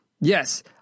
Yes